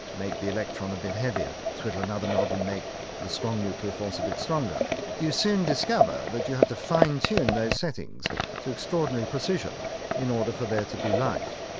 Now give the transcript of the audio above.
make the electron a bit heavier twiddle another knob and make the strong nuclear force a bit stronger you soon discover that you have to fine-tune those settings to extraordinary precision in order for there to be life.